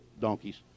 donkeys